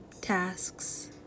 tasks